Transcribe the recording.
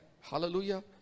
Hallelujah